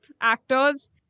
actors